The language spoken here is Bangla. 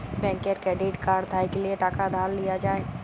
ব্যাংকের ক্রেডিট কাড় থ্যাইকলে টাকা ধার লিয়া যায়